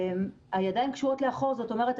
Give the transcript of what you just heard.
הידיים קשורות לאחור זאת אומרת,